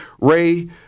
Ray